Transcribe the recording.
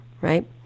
right